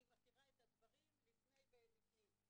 אני מכירה את הדברים לפני ולפנים.